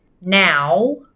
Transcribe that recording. now